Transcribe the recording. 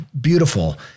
beautiful